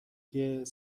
سیاهی